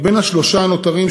מבין השלושה הנותרים,